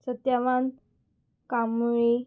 Satyavan कामुळी